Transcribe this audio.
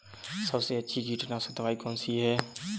सबसे अच्छी कीटनाशक दवाई कौन सी है?